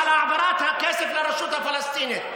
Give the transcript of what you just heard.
להעברת הכסף לרשות הפלסטינית,